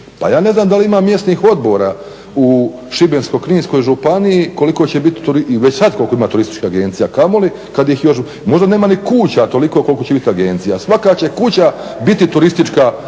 Pa ja ne znam da li ima mjesnih odbora u Šibensko-kninskoj županiji koliko će biti i već sad koliko ima turističkih agencija kamoli kad ih još, možda nema ni kuća toliko koliko će biti agencija. Svaka će kuća biti turistička,